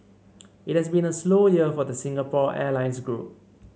it has been a slow year for the Singapore Airlines group